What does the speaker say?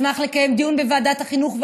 אשמח לקיים דיון בוועדת החינוך,